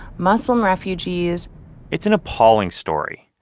muslim refugees it's an appalling story.